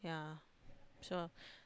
yeah so